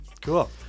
Cool